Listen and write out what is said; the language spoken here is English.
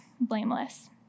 blameless